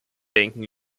denken